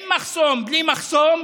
עם מחסום, בלי מחסום